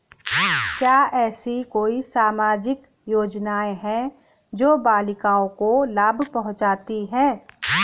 क्या ऐसी कोई सामाजिक योजनाएँ हैं जो बालिकाओं को लाभ पहुँचाती हैं?